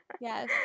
Yes